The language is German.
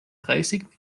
dreißig